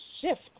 shift